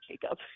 Jacob